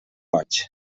boig